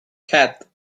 hat